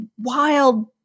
wild